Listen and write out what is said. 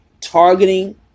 targeting